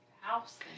house